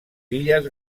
illes